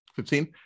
15